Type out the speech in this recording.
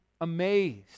amazed